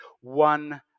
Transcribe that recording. one